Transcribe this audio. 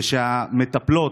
ושהמטפלות,